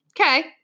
okay